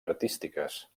artístiques